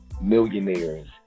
millionaires